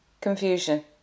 confusion